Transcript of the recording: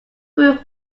grew